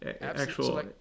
actual